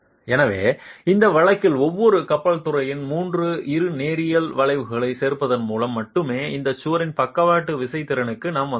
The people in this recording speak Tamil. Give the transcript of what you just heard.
எனவே இந்த வழக்கில் ஒவ்வொரு கப்பல் துறையின் 3 இருநேரியல் வளைவுகளை சேர்ப்பதன் மூலம் மட்டுமே இந்த சுவரின் பக்கவாட்டு விசை திறனுக்கு நாம் வந்துள்ளோம்